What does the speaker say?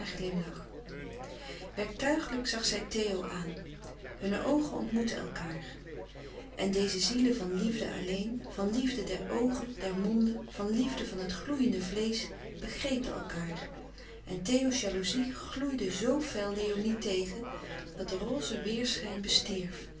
glimlach werktui gelijk zag zij theo aan hunne oogen ontmoetten elkaâr en deze zielen van liefde alleen van liefde der oogen der monden van liefde van het gloeiende vleesch begrepen elkaâr en theo's jalouzie gloeide zoo fel léonie tegen dat de roze weêrschijn bestierf